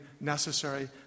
necessary